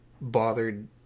bothered